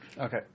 Okay